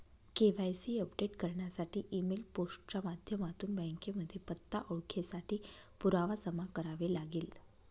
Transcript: KYC update करण्यासाठी email, post च्या माध्यमातून बँकेमध्ये पत्ता, ओळखेसाठी पुरावा जमा करावे लागेल